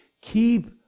keep